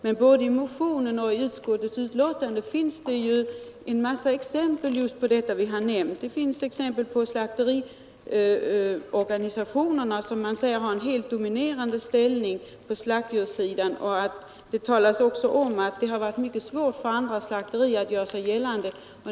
Men både i motionen och utskottets betänkande finns en massa exempel på det vi nämnt, t.ex. när det sägs att slakteriorganisationerna har en helt dominerande ställning på slaktdjurssidan. Det framhålls också att det varit mycket svårt för andra slakterier att göra sig gällande.